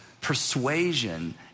persuasion